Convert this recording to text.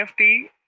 NFT